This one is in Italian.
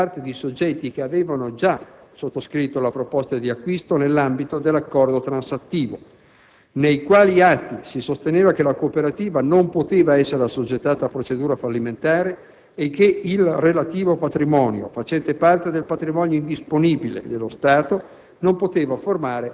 anche da parte di soggetti che avevano già sottoscritto la proposta di acquisto nell'ambito dell'accordo transattivo) nei quali si sosteneva che la cooperativa non poteva essere assoggettata a procedura fallimentare e che il relativo patrimonio, facente parte del patrimonio indisponibile dello Stato,